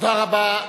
תודה רבה.